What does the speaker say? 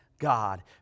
God